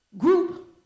Group